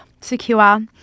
secure